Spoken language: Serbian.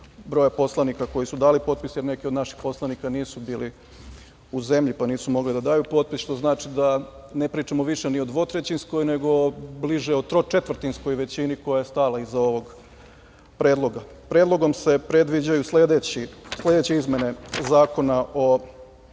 broja poslanika koji su dali potpis, jer neki od naših poslanika nisu bili u zemlji, pa nisu mogli da daju potpis, što znači da ne pričamo više ni o dvotrećinskoj, nego bliže o tročetvrtinskoj većini koja je stala iza ovog predloga. Predlogom se predviđaju sledeće izmene Zakona o